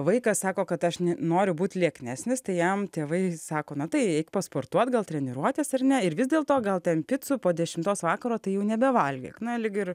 vaikas sako kad aš noriu būt lieknesnis tai jam tėvai sako na tai eik pasportuot gal treniruotės ar ne ir vis dėlto gal ten picų po dešimtos vakaro tai jau nebevalgyk na lyg ir